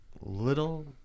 little